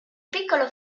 piccolo